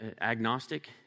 agnostic